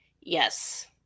yes